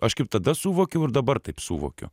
aš kaip tada suvokiau ir dabar taip suvokiu